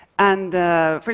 and for